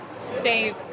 save